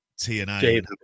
TNA